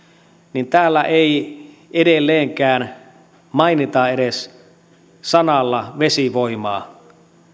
niin täällä ei edelleenkään mainita edes sanalla vesivoimaa